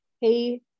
hey